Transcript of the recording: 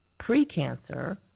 pre-cancer